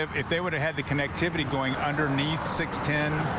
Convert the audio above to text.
um if they would have the connectivity going underneath six ten